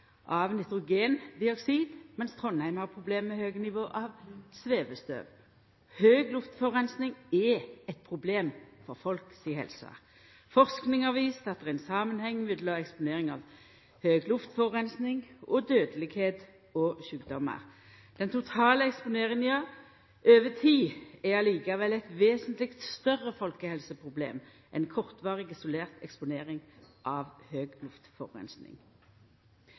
av nitrogendioksid, mens Trondheim har problem med høge nivå av svevestøv. Høg luftforureining er eit problem for folk si helse. Forsking har vist at det er ein samanheng mellom eksponering av høg luftforureining og dødelegheit og sjukdomar. Den totale eksponeringa over tid er likevel eit vesentleg større folkehelseproblem enn kortvarig, isolert eksponering av